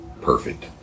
perfect